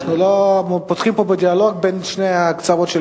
אנחנו לא פותחים פה בדיאלוג בין שני הקצוות.